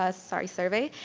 ah sorry, survey,